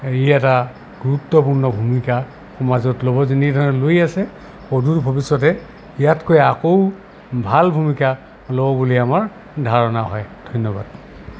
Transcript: ই এটা গুৰুত্বপূৰ্ণ ভূমিকা সমাজত ল'ব যেনে ধৰণে লৈ আছে অদূৰ ভৱিষ্যতে ইয়াতকৈ আকৌ ভাল ভূমিকা ল'ব বুলি আমাৰ ধাৰণা হয় ধন্যবাদ